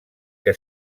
que